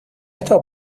этого